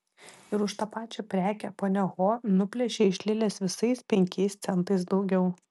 ir už tą pačią prekę ponia ho nuplėšė iš lilės visais penkiais centais daugiau